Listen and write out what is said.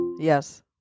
Yes